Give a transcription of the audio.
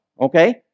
okay